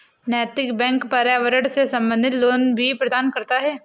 नैतिक बैंक पर्यावरण से संबंधित लोन भी प्रदान करता है